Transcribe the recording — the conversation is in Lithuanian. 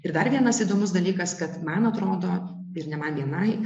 ir dar vienas įdomus dalykas kad man atrodo ir ne man vienai